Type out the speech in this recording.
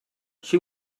she